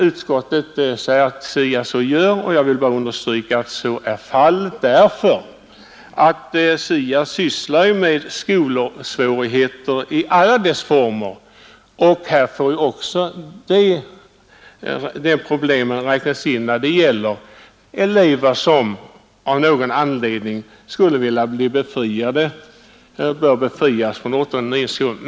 Utskottet anför att SIA så gör, och jag vill bara understryka att så är fallet. SIA sysslar ju med alla former av skolsvårigheter, och här får alltså även de problem räknas in som berör de elever som av någon anledning bör bli befriade från åttonde och nionde skolåren.